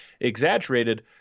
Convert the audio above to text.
exaggerated